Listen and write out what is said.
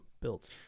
built